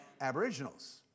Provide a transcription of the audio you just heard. Aboriginals